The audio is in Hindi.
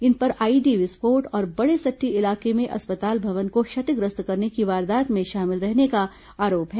इन पर आईईडी विस्फोट और बड़ेसट्टी इलाके में अस्पताल भवन को क्षतिग्रस्त करने की वारदात में शामिल रहने का आरोप है